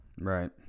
Right